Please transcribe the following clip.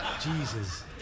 Jesus